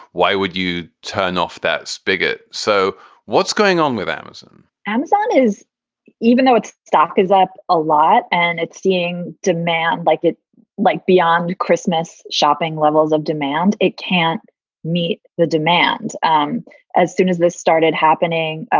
why would you turn off that spigot? so what's going on with amazon? amazon is even though its stock is up a lot. and it's seeing demand like it's like beyond christmas shopping levels of demand. it can't meet the demand. um as soon as this started happening,